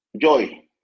Joy